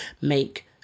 make